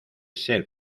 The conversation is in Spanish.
ser